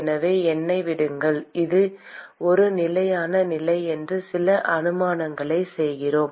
எனவே என்னை விடுங்கள் இது ஒரு நிலையான நிலை என்று சில அனுமானங்களைச் செய்கிறோம்